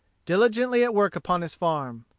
diligently at work upon his farm.